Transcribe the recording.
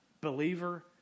Believer